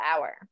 hour